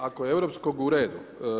Ako je europskog uredu.